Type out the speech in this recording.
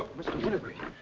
mr. wintergreen.